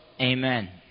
Amen